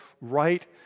right